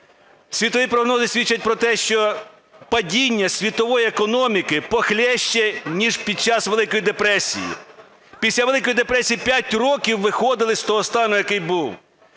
Світові прогнози свідчать про те, що падіння світової економіки похлеще ніж під час великої депресії. Після великої депресії 5 років виходили з того стану, який був.